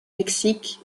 mexique